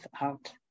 out